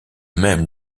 même